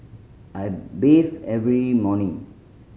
I bathe every morning